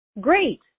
Great